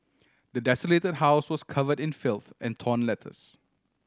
the desolated house was covered in filth and torn letters